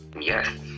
Yes